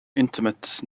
intimate